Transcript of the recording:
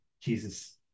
Jesus